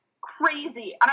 crazy